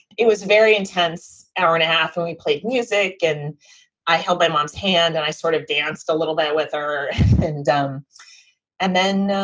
it was very intense hour and a half. and we played music and i held my mom's hand and i sort of danced a little bit with her and. um and then,